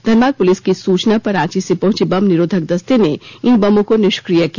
Dhanbad police की सूचना पर रांची से पहुंचे बम निरोधक दस्ते ने इन बंमों को निष्क्रिय किया